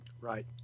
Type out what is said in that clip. Right